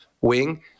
wing